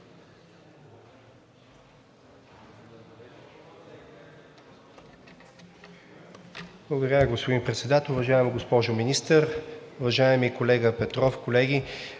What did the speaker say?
Благодаря Ви, господин Председател. Уважаема госпожо Министър, уважаеми колега Петров, колеги!